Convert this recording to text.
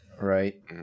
Right